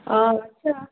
ହଁ ଆଚ୍ଛା